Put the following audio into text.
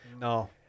no